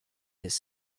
this